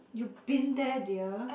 you been there dear